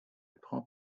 prend